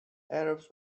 arabs